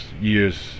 year's